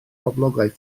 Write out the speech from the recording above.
boblogaidd